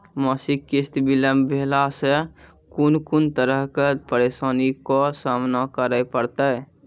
मासिक किस्त बिलम्ब भेलासॅ कून कून तरहक परेशानीक सामना करे परतै?